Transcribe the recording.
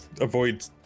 avoid